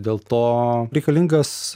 dėl to reikalingas